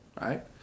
right